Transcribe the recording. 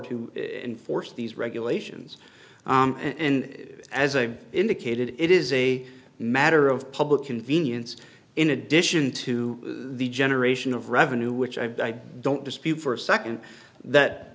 to enforce these regulations and as i indicated it is a matter of public convenience in addition to the generation of revenue which i don't dispute for a second that